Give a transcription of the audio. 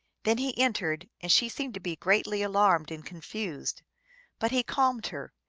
then he entered, and she seemed to be greatly alarmed and confused but he calmed her,